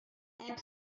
app